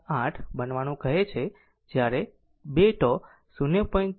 3678 બનવાનું કહે છે જ્યારે 2 τ 0